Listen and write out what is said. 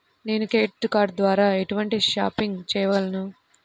నేను credit card ద్వార ఎటువంటి షాపింగ్ చెయ్యగలను?